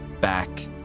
back